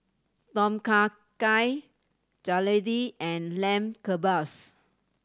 Tom Kha Gai Jalebi and Lamb Kebabs